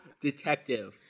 detective